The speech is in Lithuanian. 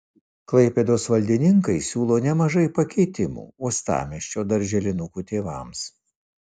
klaipėdos valdininkai siūlo nemažai pakeitimų uostamiesčio darželinukų tėvams